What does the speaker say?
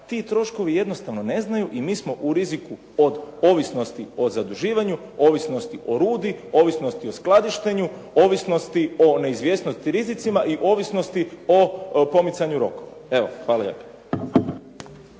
ti troškovi jednostavno ne znaju i mi smo u riziku pod ovisnosti o zaduživanju, ovisnosti o rudi, ovisnosti o skladištenju, ovisnosti o neizvjesnosti i rizicima i ovisnosti o pomicanju rokova. Hvala lijepa.